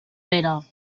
vera